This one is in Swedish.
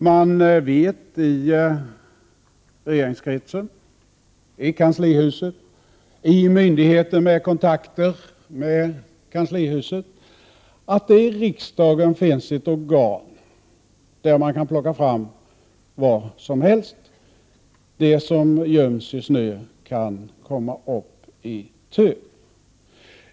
Man vet i regeringskretsen, i kanslihuset och hos myndigheter med kontakter med kanslihuset att det i riksdagen finns ett organ där det går att plocka fram vad som helst. Det som göms i snö kommer uppi tö.